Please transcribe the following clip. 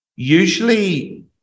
Usually